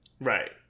right